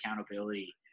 accountability